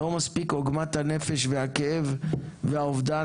לא מספיק עוגמת הנפש והכאב והאובדן